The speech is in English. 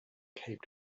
cape